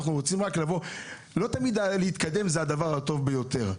והתקדמות היא לא תמיד הדבר הטוב ביותר.